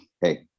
hey